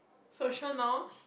social norms